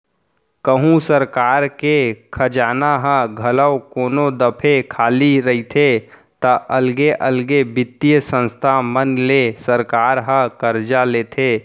कहूँ सरकार के खजाना ह घलौ कोनो दफे खाली रहिथे ता अलगे अलगे बित्तीय संस्था मन ले सरकार ह करजा लेथे